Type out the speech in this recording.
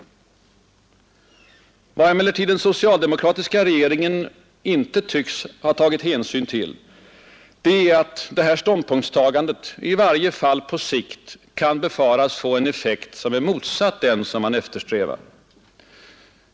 Vad emellertid den socialdemokratiska regeringen inte tycks ha tagit hänsyn till är att dess ståndpunktstagande — i varje fall på sikt — kan befaras få en effekt som är motsatt den som man eftersträvar.